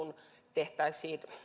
tehtäisiin